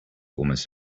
almost